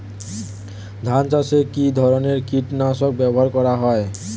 ধান চাষে কী ধরনের কীট নাশক ব্যাবহার করা হয়?